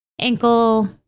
ankle